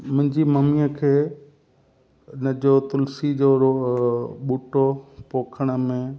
मुंहिंजी मम्मीअ खे इन जो तुलसी जो बूटो पोखण में